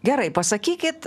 gerai pasakykit